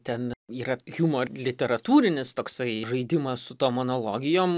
ten yra hjumo ir literatūrinis toksai žaidimas su tom analogijom